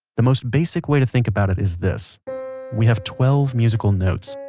the most basic way to think about it, is this we have twelve musical notes,